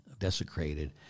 Desecrated